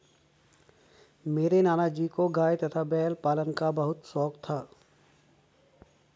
मेरे नाना जी को गाय तथा बैल पालन का बहुत शौक था